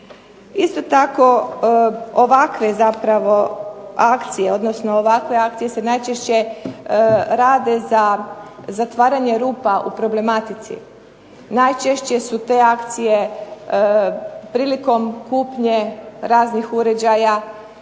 Isto tako zapravo ovakve akcije, ovakve akcije se najčešće rade za zatvaranje rupa u problematici, najčešće su te akcije prilikom kupnje ranih uređaja